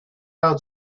out